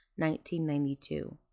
1992